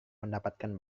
mendapatkan